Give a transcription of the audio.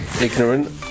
ignorant